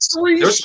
three